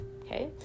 Okay